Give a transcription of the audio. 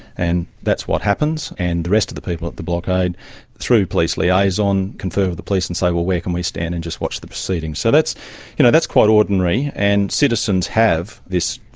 and that's what happens. and the rest of the people at the blockade through police liaison confer with the police and say, well, where can we stand and just watch the proceedings. so that's you know that's quite ordinary, and citizens have this,